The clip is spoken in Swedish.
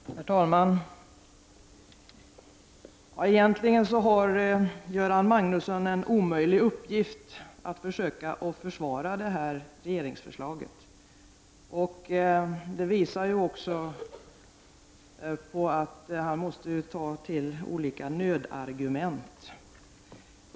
Herr talman! Göran Magnusson har egentligen en omöjlig uppgift i att försöka försvara det här regeringsförslaget. Det visas också av att han måste ta till olika nödargument.